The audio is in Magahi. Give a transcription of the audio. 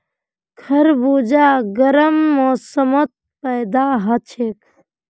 खरबूजा गर्म मौसमत पैदा हछेक